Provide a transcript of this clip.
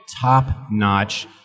top-notch